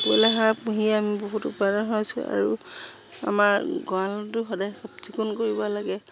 বয়লা হাঁহ পুহিয়ে আমি বহুত উপাদান হৈছোঁ আৰু আমাৰ গঁৰালটো সদায় চাফ চিকুণ কৰিব লাগে